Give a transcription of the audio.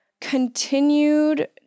continued